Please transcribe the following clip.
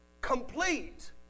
complete